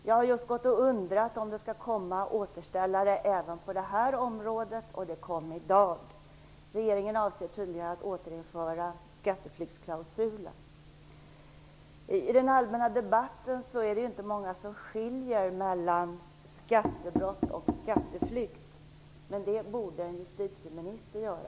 Jag har just gått och undrat om det skulle komma återställare även på detta område. Beskedet kom i dag. Regeringen avser tydligen att återinföra skattepliktsklausulen. I den allmänna debatten är det ju inte många som skiljer mellan skattebrott och skatteplikt, men det borde en justitieminister göra.